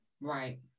Right